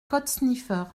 codesniffer